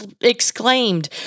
exclaimed